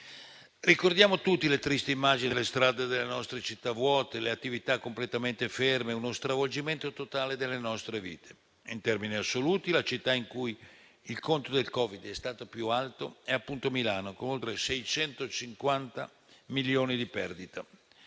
Ricordiamo tutti le tristi immagini delle strade delle nostre città vuote, con le attività completamente ferme e uno stravolgimento totale delle nostre vite. In termini assoluti, la città in cui il conto del Covid è stato più alto è appunto Milano, con oltre 650 milioni di euro